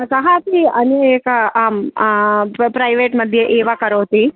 सः अपि अन्यम् एकम् आम् प्र प्रैवेट् मध्ये एव करोति